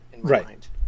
Right